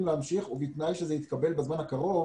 להמשיך ובתנאי שההחלטה תתקבל בזמן הקרוב